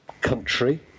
country